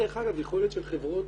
דרך אגב, יכולת של חברות.